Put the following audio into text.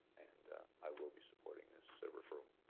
and i will be supporting this so referral.